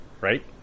Right